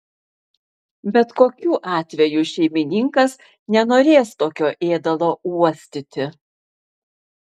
bet kokiu atveju šeimininkas nenorės tokio ėdalo uostyti